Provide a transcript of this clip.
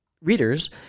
readers